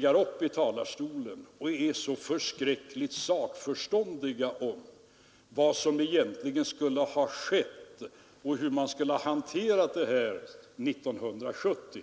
går upp i talarstolen och är så förskräckligt sakförståndiga om vad som egentligen borde ha skett och hur man skulle ha hanterat detta 1970.